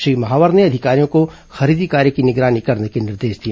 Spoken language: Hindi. श्री महावर ने अधिकारियों को खरीदी कार्य की निगरानी करने के निर्देश दिए